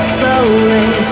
slowly